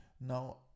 Now